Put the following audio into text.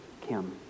Kim